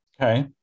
okay